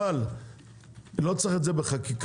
אבל לא צריך את זה בחקיקה,